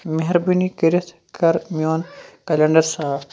مہربٲنی کٔرِتھ کر میون کلینڈر صاف